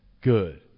Good